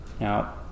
Now